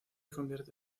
convierte